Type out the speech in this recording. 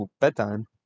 bedtime